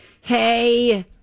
Hey